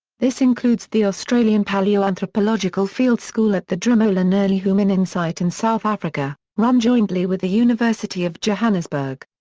this includes the australian palaeoanthropological field school at the drimolen early hominin site in south africa, run jointly with the university of johannesburg.